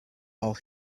all